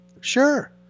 Sure